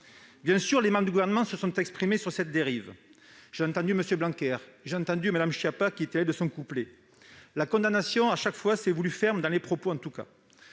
Bien sûr, les membres du Gouvernement se sont exprimés sur cette dérive. M. Blanquer et Mme Schiappa y sont allés de leur couplet. La condamnation, chaque fois, s'est voulue ferme, dans les propos en tout cas